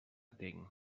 tinc